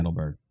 Mandelberg